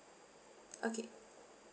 okay